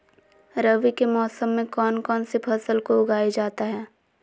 रवि के मौसम में कौन कौन सी फसल को उगाई जाता है?